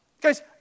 Guys